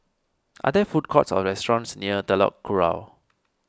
are there food courts or restaurants near Telok Kurau